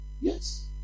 Yes